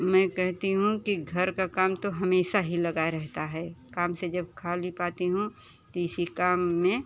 मैं कहती हूँ कि घर का काम तो हमेशा ही लगा रहता है काम से जब खाली पाती हूँ तो इसी काम में